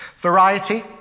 Variety